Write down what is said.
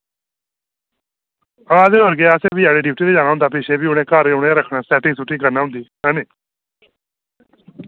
हां ते और केह् अस बी जां ते डयूटी पर जाना होंदा पिच्छे फ्ही उ'नें घर ते उ'नैं रक्खना सैटिंग सुटिंग करने होंदी हैनी